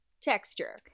texture